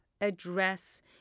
address